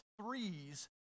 threes